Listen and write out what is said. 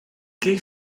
gay